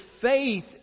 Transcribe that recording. faith